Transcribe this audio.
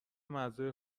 مزه